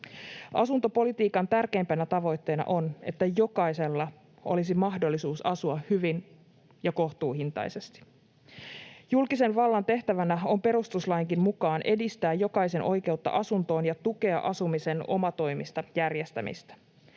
Asuntopolitiikan tärkeimpänä tavoitteena on, että jokaisella olisi mahdollisuus asua hyvin ja kohtuuhintaisesti. Julkisen vallan tehtävänä on perustuslainkin mukaan edistää jokaisen oikeutta asuntoon ja tukea asumisen omatoimista järjestämistä.